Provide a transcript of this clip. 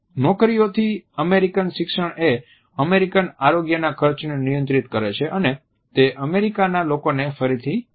નોકરીઓથી American શિક્ષણએ American આરોગ્યના ખર્ચને નિયંત્રિત કરે છે અને તે અમેરિકાના લોકોને ફરીથી સાથે લાવે છે